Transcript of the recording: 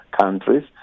countries